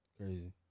Crazy